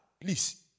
please